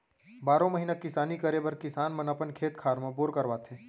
बारो महिना किसानी करे बर किसान मन अपन खेत खार म बोर करवाथे